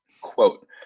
Quote